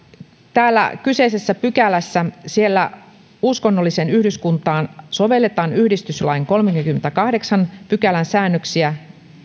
täällä kyseisessä pykälässä uskonnolliseen yhdyskuntaan sovelletaan yhdistyslain kolmannenkymmenennenkahdeksannen pykälän säännöksiä